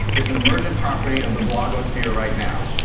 it's an emergent property of the blogosphere right now.